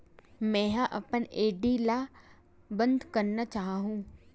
मेंहा अपन एफ.डी ला बंद करना चाहहु